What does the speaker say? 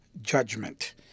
Judgment